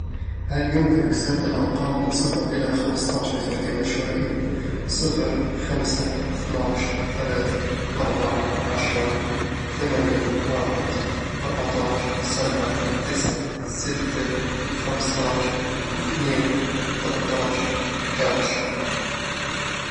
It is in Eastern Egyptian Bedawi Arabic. هل يمكنك سرد الأرقام من صفر إلى خمس طاعش بترتيب عشوائي؟ صفر، خمسة، اثني عشر، ثلاثة، أربعة، عشرة، ثمانية، واحد، أربعة عشر، سبعة، تسعة، ستة، خمسة عشر، اثنين، ثلاثة عشر، أحد عشر